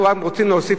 אנחנו רק רוצים להוסיף,